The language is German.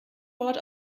wort